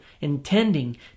intending